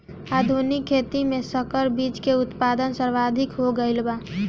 आधुनिक खेती में संकर बीज के उत्पादन सर्वाधिक हो गईल बा